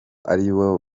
aribo